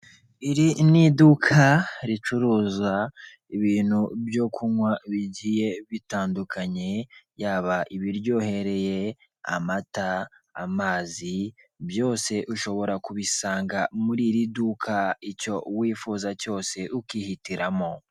Iri ni iduka ricuruza ibintu byo kunywa bigiye bitandukanye. Yaba ibiryohereye, amata, amazi. Byose ushobora kubisanga muri iri duka, icyo wifuza cyose ukihitiramo.